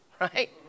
right